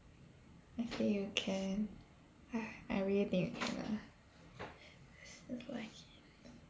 okay you can I really think you can lah